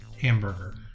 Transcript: Hamburger